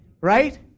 right